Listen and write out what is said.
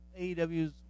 AEW's